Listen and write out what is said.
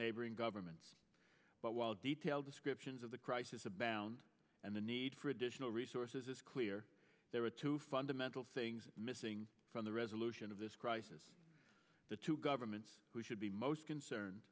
neighboring governments but while detailed descriptions of the crisis abound and the need for additional resources is clear there are two fundamental things missing from the resolution of this crisis the two governments who should be most concerned